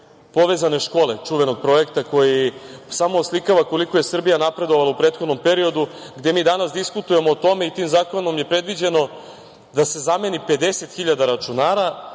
povezane škole, čuvenog projekta koji samo oslikava koliko je Srbija napredovala u prethodnom periodu gde mi danas diskutujemo o tome i tim zakonom je predviđeno da se zameni 50.000 računara,